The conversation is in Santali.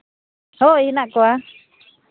ᱦᱳᱭ ᱦᱮᱱᱟᱜ ᱠᱚᱣᱟ